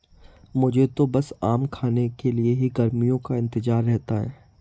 मुझे तो बस आम खाने के लिए ही गर्मियों का इंतजार रहता है